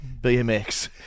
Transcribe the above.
BMX